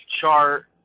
chart